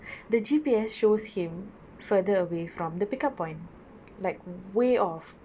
the G_P_S shows him further away from the pick up point like way off